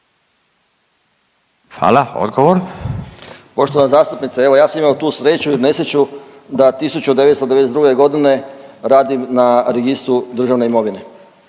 Poštovana zastupnice, evo ja sam imao tu sreću ili nesreću da 1992.g. radim na Registru državne imovine,